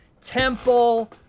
Temple